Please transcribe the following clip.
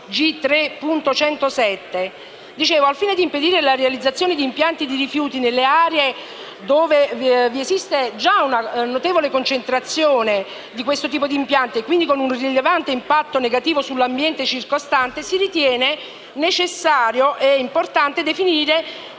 G3.107, proprio al fine di impedire la realizzazione di impianti di rifiuti nelle aree dove esiste già una notevole concentrazione di questo tipo di installazioni, quindi con un rilevante impatto negativo sull'ambiente circostante, si ritiene necessario e importante definire